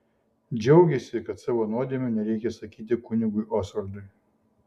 džiaugėsi kad savo nuodėmių nereikia sakyti kunigui osvaldui